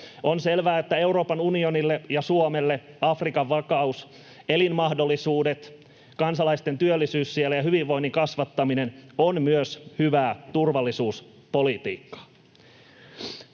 On selvää, että Euroopan unionille ja Suomelle Afrikan vakaus, elinmahdollisuudet, kansalaisten työllisyys siellä ja hyvinvoinnin kasvattaminen ovat myös hyvää turvallisuuspolitiikkaa.